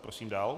Prosím dál.